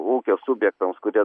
ūkio subjektams kurie